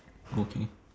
okay